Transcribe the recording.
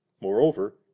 Moreover